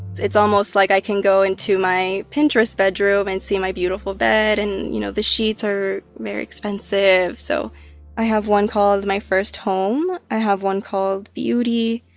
it's almost like i can go into my pinterest bedroom and see my beautiful bed, and, you know, the sheets are very expensive. so i have one called my first home. i have one called beauty.